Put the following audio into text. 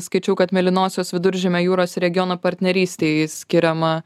skaičiau kad mėlynosios viduržemio jūros regiono partnerystei skiriama